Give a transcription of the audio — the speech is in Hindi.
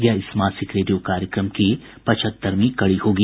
यह इस मासिक रेडियो कार्यक्रम की पचहत्तरवीं कड़ी होगी